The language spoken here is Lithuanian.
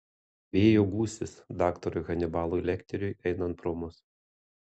vėjo gūsis daktarui hanibalui lekteriui einant pro mus